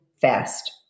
fast